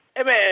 amen